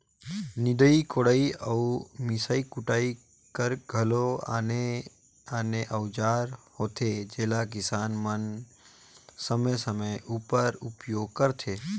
निदई कोड़ई अउ मिसई कुटई कर घलो आने आने अउजार होथे जेला किसान मन समे समे उपर उपियोग करथे